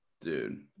dude